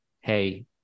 hey